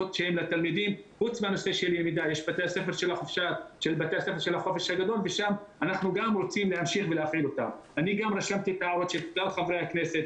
בינתיים זה חודשיים וזה נמשך ולא רואים אור בקצה